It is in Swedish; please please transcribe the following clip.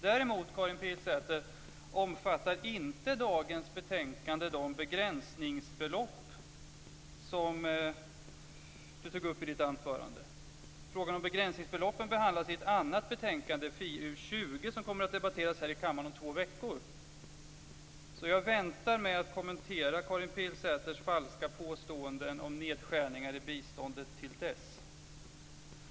Däremot, Karin Pilsäter, omfattar dagens betänkande inte de begränsningsbelopp som du tog upp i ditt anförande. Frågan om begränsningsbeloppen behandlas i ett annat betänkande, FiU20, som kommer att debatteras här i kammaren om två veckor. Därför väntar jag med att kommentera Karin Pilsäters falska påståenden om nedskärningar i biståndet till dess.